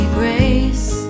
grace